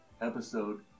episode